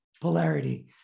polarity